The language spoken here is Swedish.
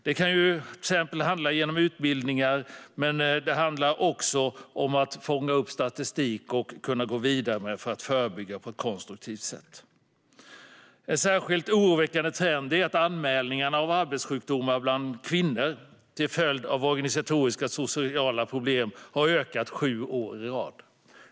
Det kan till exempel handla om utbildningar, men det handlar också om att fånga upp statistik att kunna gå vidare med för att förebygga skador på ett konstruktivt sätt. En särskilt oroväckande trend är att anmälningarna av arbetssjukdomar bland kvinnor till följd av organisatoriska och sociala problem har ökat sju år i rad.